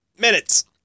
minutes